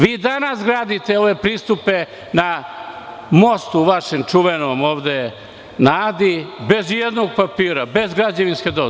Vi danas gradite ove pristupe na mostu, vašem čuvenom, ovde na Adi, bez i jednog papira, bez građevinske dozvole.